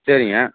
சரிங்க